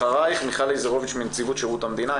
אחריך, מיכל לזרוביץ' מנציבות שירות המדינה.